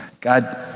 God